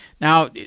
now